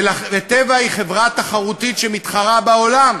ו"טבע" היא חברה תחרותית שמתחרה בעולם,